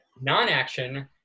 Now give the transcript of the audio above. Non-action